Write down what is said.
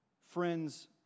Friends